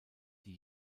die